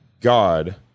God